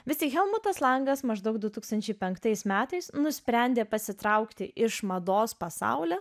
vis tik helmutas langas maždaug du tūkstančiai penktais metais nusprendė pasitraukti iš mados pasaulio